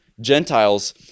Gentiles